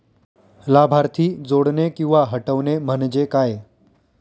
लाभार्थी जोडणे किंवा हटवणे, म्हणजे काय?